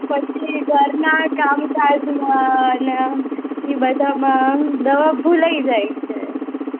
પછી ઘરનાં કામકાજમાં ને એ બધામાં દવા ભુલાઈ જાય છે